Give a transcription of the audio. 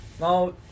now